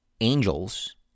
Angels